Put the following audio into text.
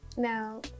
Now